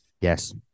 Yes